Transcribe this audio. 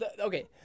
okay